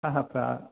साहाफोरा